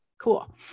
Cool